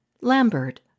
Lambert